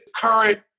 current